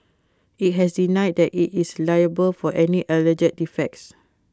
IT has denied that IT is liable for any alleged defects